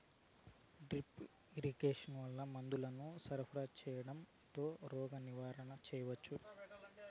Drip irrigation వల్ల మందులను సరఫరా సేయడం తో రోగ నివారణ చేయవచ్చా?